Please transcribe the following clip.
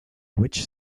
which